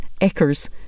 eckers